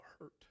hurt